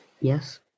Yes